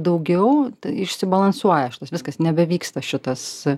daugiau išsibalansuoja šitas viskas nebevyksta šitas